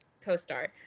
CoStar